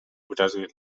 brasil